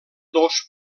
dos